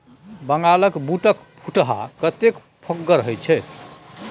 बंगालक बूटक फुटहा कतेक फोकगर होए छै